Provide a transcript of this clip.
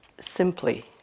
simply